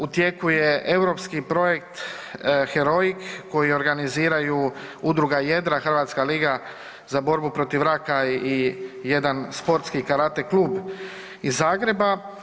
U tijeku je europski projekt HEROIC koji organiziraju udruga „Jedra“ Hrvatska liga za borbu protiv raka i jedan sportski karate klub iz Zagreba.